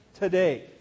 today